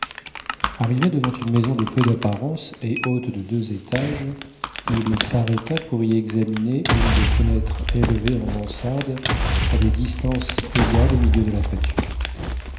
arrivé devant une maison de peu d'apparence et haute de deux étages il s'arrêta pour y examiner une des fenêtres élevées en mansarde à des distances égales au milieu de la toiture